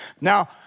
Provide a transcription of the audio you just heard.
Now